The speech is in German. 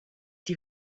die